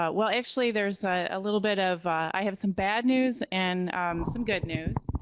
ah well actually there's a little bit of, i have some bad news and some good news.